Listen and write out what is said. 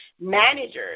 managers